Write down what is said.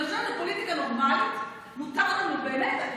אני חושבת שבפוליטיקה נורמלית מותר לנו באמת,